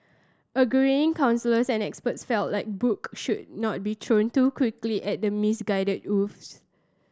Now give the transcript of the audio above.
agreeing counsellors and experts felt that book should not be thrown too quickly at the misguided youths